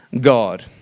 God